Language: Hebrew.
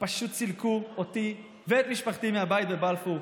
פשוט סילקו אותי ואת משפחתי מהבית בבלפור.